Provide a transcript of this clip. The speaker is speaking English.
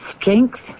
Strength